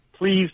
Please